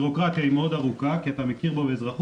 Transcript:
הבירוקרטיה היא מאוד ארוכה כי אתה מכיר בו באזרחות,